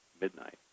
midnight